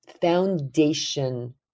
foundation